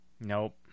Nope